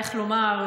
איך לומר,